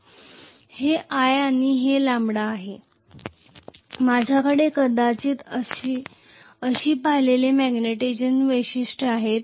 हे i आहे हे 𝜆 आहे माझ्याकडे कदाचित अशी पहिली मॅग्निटायझेशन वैशिष्ट्ये असतील